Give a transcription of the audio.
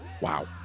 Wow